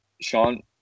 Sean